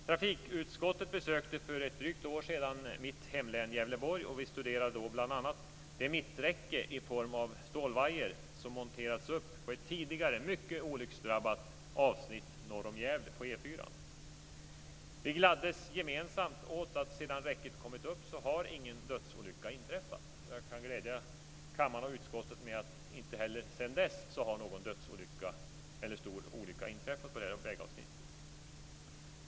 Trafikutskottet besökte för drygt ett år sedan mitt hemlän Gävleborg, och vi studerade då bl.a. det mitträcke i form av en stålvajer som monterats upp på ett tidigare mycket olycksdrabbat avsnitt på E 4 norr om Gävle. Vi gladdes gemensamt åt att sedan räcket kommit upp så hade ingen dödsolycka inträffat. Och jag kan glädja kammaren och utskottet med att det inte heller sedan dess har inträffat någon dödsolycka eller stor olycka på detta vägavsnitt.